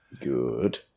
Good